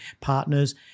partners